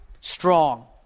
strong